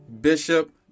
Bishop